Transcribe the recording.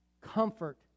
comfort